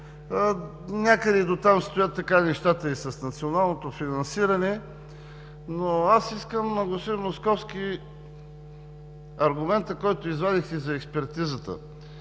Някъде дотам стоят така нещата и с националното финансиране. Но аз искам, господин Московски, да кажа за аргумента, който извадихте за експертизата.